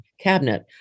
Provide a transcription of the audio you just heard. cabinet